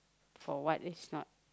for what is not